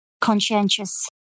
conscientious